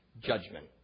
judgment